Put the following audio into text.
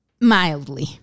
mildly